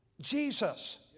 Jesus